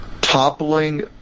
toppling